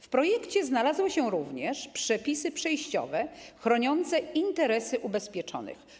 W projekcie znalazły się również przepisy przejściowe chroniące interesy ubezpieczonych.